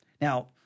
Now